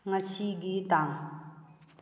ꯉꯁꯤꯒꯤ ꯇꯥꯡ